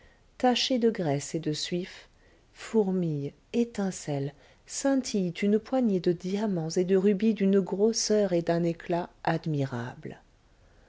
tachée de graisse et de suif fourmillent étincellent scintillent une poignée de diamants et de rubis d'une grosseur et d'un éclat admirables